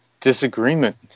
disagreement